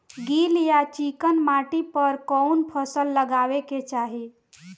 गील या चिकन माटी पर कउन फसल लगावे के चाही?